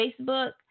Facebook